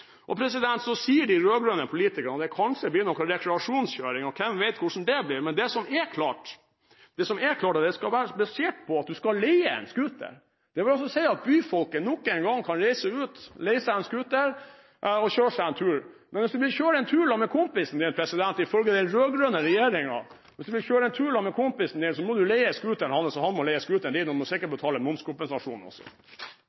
Så sier de rød-grønne politikerne at det kanskje blir noe rekreasjonskjøring, og hvem vet hvordan det blir? Men det som er klart, er at det skal være basert på at du skal leie en scooter. Det vil altså si at byfolket nok en gang kan reise ut, leie seg en scooter og kjøre seg en tur. Men hvis du vil kjøre en tur sammen med kompisen din, må du ifølge den rød-grønne regjeringen leie scooteren hans, og han må leie scooteren din, og du må sikkert betale momskompensasjon også! Det har vært en interessant debatt så langt, og